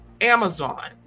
Amazon